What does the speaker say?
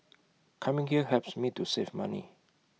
coming here helps me to save money